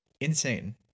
insane